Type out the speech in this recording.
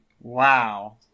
Wow